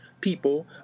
people